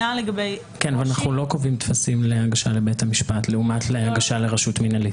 אנחנו לא קובעים טפסים להגשה לבית המשפט לעומת הגשה לרשות מינהלית.